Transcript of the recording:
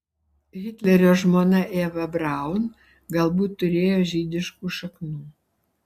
hitlerio žmona eva braun galbūt turėjo žydiškų šaknų